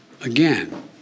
Again